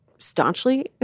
staunchly